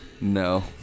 No